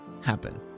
happen